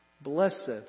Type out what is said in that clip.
Blessed